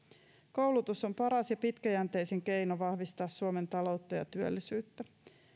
koulutus on paras ja pitkäjänteisin keino vahvistaa suomen taloutta ja työllisyyttä